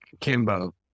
Kimbo